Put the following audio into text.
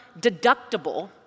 deductible